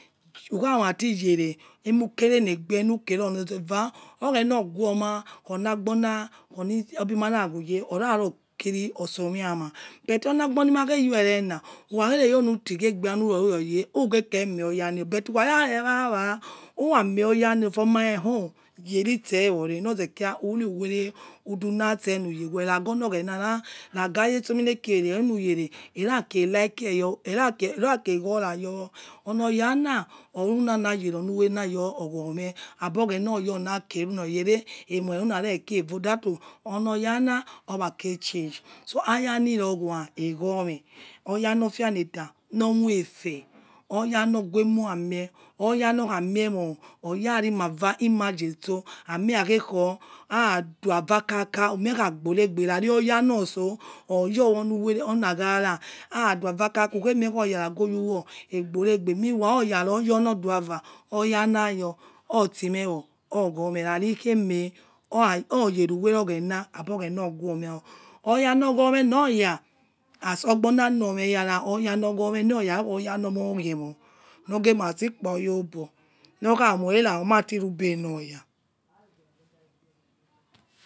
Ugha mati ye aimu kere lebie lukere lo ozeva oghena guo ma kho lagbona okho. a na ghue ye ora ro kiri oso mie aimo but ola gbo lima yo rela okha luti ghi egbia lurero yel but ukha yo wa wa for buy owu uyeri itse oghena ma laga ayaso likere oliyer isa ke gho ra yowo ola yama ulala yelo olu wele ogwome abo oghena yo lai yere aimo kere ro odato oloya okici opati change so ayali ro ghua egoma oya lofi leti lomio efe, oya loghu emomie, okha miomo, iremase so aimie aighe kho aduvakoka umie kha gbore egbe khaci oya loso oyo ola ghara aichiva kaka umio yare go oywo egboregbe khaci oya loyo laduava otime wo ogho mie khaci kheme oriuwele oghena abo ' oghena guimio oyo loghelo loya ogbo lalonie eyara oyo loghelo oya ughemio loge rati kpa yolobo moi era omati rugbe loya